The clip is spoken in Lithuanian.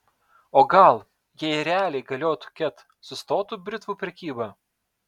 o gal jei realiai galiotų ket sustotų britvų prekyba